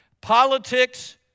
Politics